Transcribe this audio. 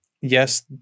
yes